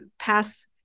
pass